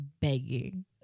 begging